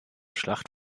schlacht